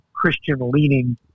Christian-leaning